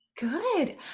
Good